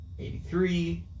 83